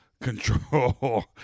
control